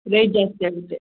rate ಜಾಸ್ತಿ ಆಗುತ್ತೆ